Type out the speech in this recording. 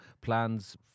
plans